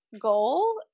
goal